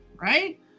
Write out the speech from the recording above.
right